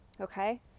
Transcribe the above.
okay